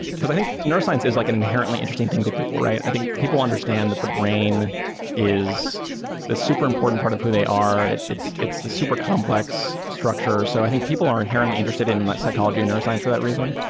because i think neuroscience is like an inherently interesting thing to people, right? i think people understand that the brain is the super important part of who they are. it's it's the super complex structure. so i think people are inherently interested in and psychology and neuroscience for that reason.